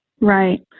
Right